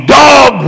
dog